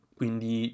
quindi